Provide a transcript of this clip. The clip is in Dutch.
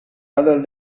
ellen